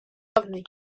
главной